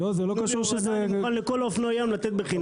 אני מוכן לכל אופנועי הים לתת בחינם.